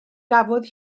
gafodd